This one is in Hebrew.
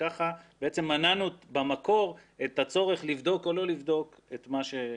כך מנענו במקור את הצורך לבדוק או לא לבדוק את מה שרצינו.